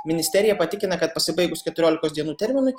ministerija patikina kad pasibaigus keturiolikos dienų terminui